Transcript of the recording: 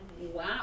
Wow